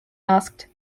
asked